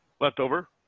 leftover